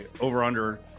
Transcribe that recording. over-under